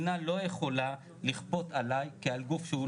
חשבנו שנכון להעלות את זה קצת כלפי מעלה מכיוון שהבנו